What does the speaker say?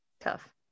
Tough